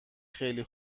خیلی